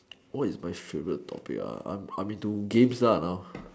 what is my favourite topic ah I'm I'm into games lah now